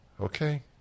Okay